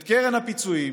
את קרן הפיצויים,